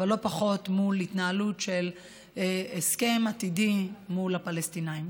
ולא פחות בהתנהלות של הסכם עתידי מול הפלסטינים.